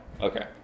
Okay